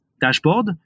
dashboard